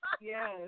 Yes